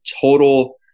total